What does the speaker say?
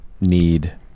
need